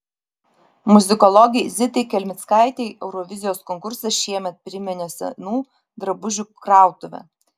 muzikologei zitai kelmickaitei eurovizijos konkursas šiemet priminė senų drabužių krautuvę